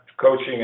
coaching